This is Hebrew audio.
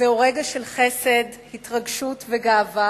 זהו רגע של חסד, התרגשות וגאווה